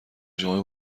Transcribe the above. جمعه